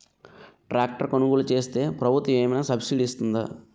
Tractor కొనుగోలు చేస్తే ప్రభుత్వం ఏమైనా సబ్సిడీ ఇస్తుందా?